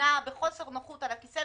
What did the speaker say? נעה בחוסר נוחות על הכיסא,